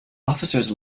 officers